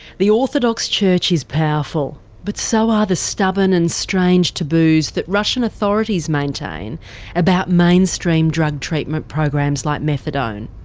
the orthodox church is powerful. but so are the stubborn and strange taboos that russian authorities maintain about mainstream drug treatment programs like methadone.